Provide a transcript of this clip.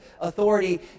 authority